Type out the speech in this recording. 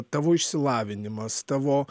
tavo išsilavinimas tavo